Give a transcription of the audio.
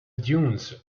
dunes